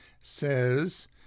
says